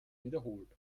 wiederholt